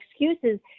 excuses